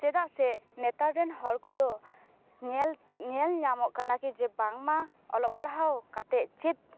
ᱪᱮᱫᱟᱜ ᱥᱮ ᱱᱮᱛᱟᱨ ᱨᱮᱱ ᱦᱚᱲ ᱠᱚᱫᱚ ᱧᱮᱞ ᱧᱮᱞ ᱧᱟᱢᱚᱜ ᱠᱟᱱᱟ ᱠᱤ ᱡᱮ ᱵᱟᱝᱢᱟ ᱚᱞᱚᱜ ᱯᱟᱲᱦᱟᱣ ᱠᱟᱛᱮᱜ ᱪᱮᱫ